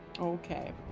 Okay